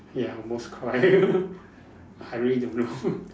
ya most correct I really don't know